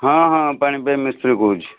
ହଁ ହଁ ପାଣି ପାଇପ୍ ମିସ୍ତ୍ରୀ କହୁଛି